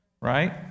Right